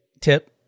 tip